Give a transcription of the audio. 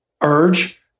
urge